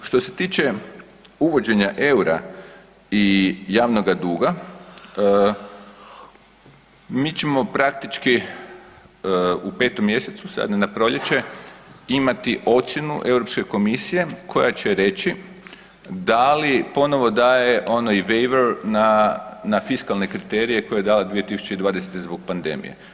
Što se tiče uvođenja eura i javnoga duga, mi ćemo praktički u 5. mj. sad na proljeće imati ocjenu EU komisije koja će reći da li, ponovo daje ono ... na fiskalne kriterije koje je dala 2020. zbog pandemije.